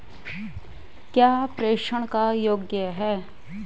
क्या प्रेषण कर योग्य हैं?